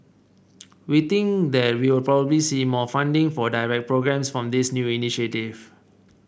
we think that we will probably see more funding for direct programmes from this new initiative